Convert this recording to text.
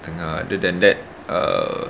tengah other than that err